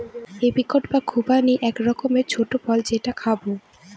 apricot বা খুবানি এক রকমের ছোট্ট ফল যেটা খাবো